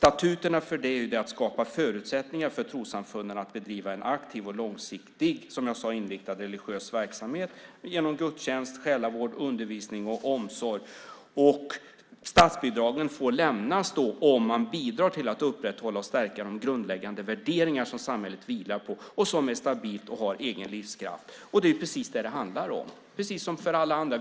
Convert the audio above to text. Statuterna för det är att skapa förutsättningar för trossamfunden att bedriva en aktiv och långsiktig religiös verksamhet genom gudstjänst, själavård, undervisning och omsorg. Statsbidragen får lämnas om samfundet bidrar till att upprätthålla och stärka de grundläggande värderingar som samhället vilar på. Det hela ska vara stabilt och ha egen livskraft. Det är precis detta det handlar om. Det är på samma sätt som för alla andra.